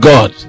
God